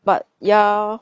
but ya